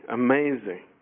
amazing